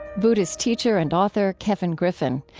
buddhist teacher and author kevin griffin.